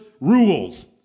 rules